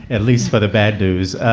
at least for the bad news